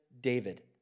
David